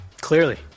clearly